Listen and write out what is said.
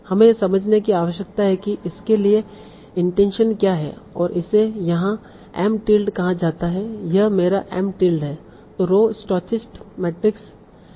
हमें यह समझने की आवश्यकता है कि इसके लिए इंटेंशन क्या है और इसे यहां M टिल्ड कहा जाता है यह मेरा M टिल्ड है जो रो स्टोचस्टिक मैट्रिक्स है